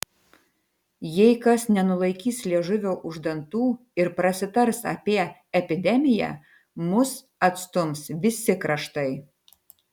jei kas nenulaikys liežuvio už dantų ir prasitars apie epidemiją mus atstums visi kraštai